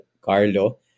Carlo